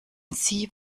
sie